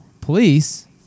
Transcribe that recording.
police